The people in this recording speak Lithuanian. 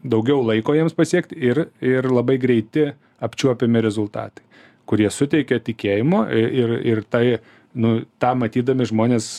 daugiau laiko jiems pasiekt ir ir labai greiti apčiuopiami rezultatai kurie suteikia tikėjimo ir ir tai nu tą matydami žmonės